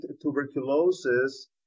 tuberculosis